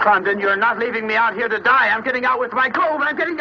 pounds then you're not leaving me out here to die i'm getting out with my gold i'm getting